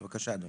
בבקשה, אדוני.